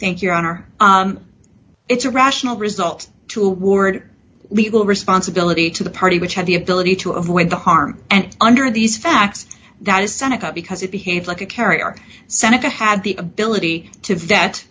think your honor it's a rational result to ward legal responsibility to the party which has the ability to avoid the harm and under these facts that is seneca because it behaves like a carrier seneca had the ability to that